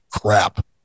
crap